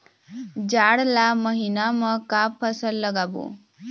जाड़ ला महीना म का फसल लगाबो?